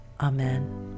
Amen